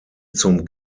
zum